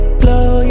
glow